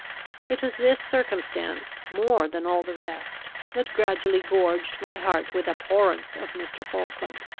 it was this circumstance, more than all the rest, that gradually gorged my heart with abhorrence of mr. falkland.